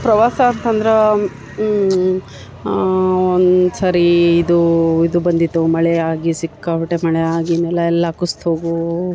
ಪ್ರವಾಸ ಅಂತಂದ್ರೆ ಒಂದು ಸಾರಿ ಇದು ಇದು ಬಂದಿತ್ತು ಮಳೆ ಆಗಿ ಸಿಕ್ಕಾಪಟ್ಟೆ ಮಳೆ ಆಗಿ ನೆಲ ಎಲ್ಲ ಕುಸ್ದು ಹೋಗೋ